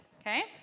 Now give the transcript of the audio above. okay